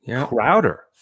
Crowder